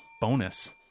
Bonus